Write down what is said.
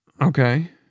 Okay